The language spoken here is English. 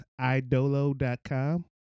idolo.com